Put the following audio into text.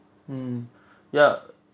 mm ya